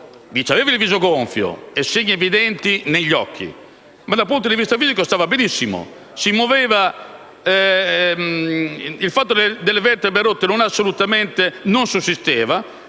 aveva il viso gonfio e segni evidenti negli occhi, ma dal punto di vista fisico stava benissimo. Si muoveva e il fatto delle vertebre rotte assolutamente non sussisteva.